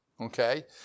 okay